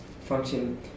function